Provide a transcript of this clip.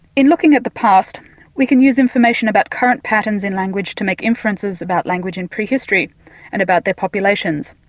in looking at the past we can use information about current patterns in language to make inferences about languages in prehistory and about their populations.